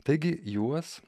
taigi juos